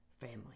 family